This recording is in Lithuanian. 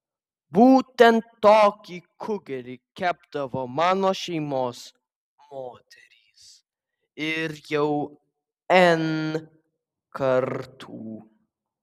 būtent tokį kugelį kepdavo mano šeimos moterys ir jau n kartų